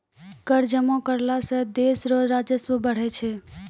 कर जमा करला सं देस रो राजस्व बढ़ै छै